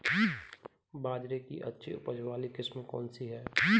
बाजरे की अच्छी उपज वाली किस्म कौनसी है?